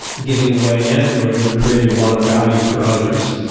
giving away android and creating a lot of value for others,